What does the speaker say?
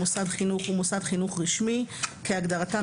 "מוסד חינוך" ו"מוסד חינוך רשמי" כהגדרתם